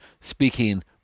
speaking